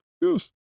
Yes